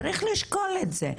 צריך לשקול את זה,